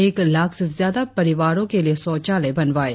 एक लाख से ज्यादा परिवारो के लिए शौचालय बनवाये